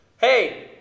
Hey